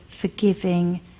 forgiving